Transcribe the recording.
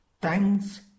thanks